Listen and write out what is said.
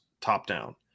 top-down